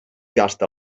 gasta